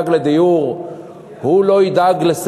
שהוא ידאג לדיור,